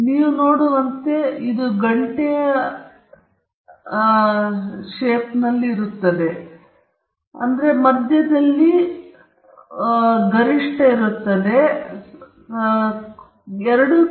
ನೀವು ನೋಡುವಂತೆ ಇದು ಚೆನ್ನಾಗಿ ಸಮ್ಮಿತೀಯವಾಗಿದೆ ಮತ್ತು ಇದು X ಬಾರ್ನಲ್ಲಿ ಕೇಂದ್ರೀಕೃತವಾಗಿದೆ x ಬಾರ್ ಸಹ ಸರಾಸರಿ ಮು